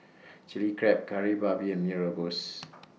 Chilli Crab Kari Babi and Mee Rebus